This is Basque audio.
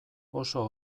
oso